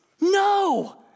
No